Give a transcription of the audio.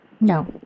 No